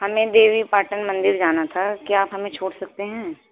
ہمیں دیوی پاٹن مندر جانا تھا کیا آپ ہمیں چھوڑ سکتے ہیں